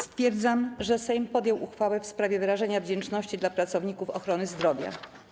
Stwierdzam, że Sejm podjął uchwałę w sprawie wyrażenia wdzięczności dla pracowników ochrony zdrowia.